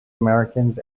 americans